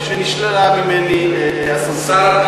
שנשללה ממני הסמכות.